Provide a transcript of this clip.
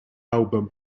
album